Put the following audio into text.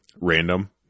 random